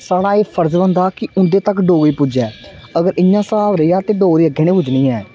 स्हाड़ा एह् फर्ज बनदा कि उंदे तक्क डोगरी पुज्जे अगर इयां स्हाब रेहा ते डोगरी अग्गै नी पुज्जनी ऐ